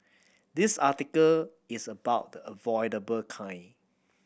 this article is about the avoidable kind